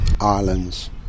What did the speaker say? island's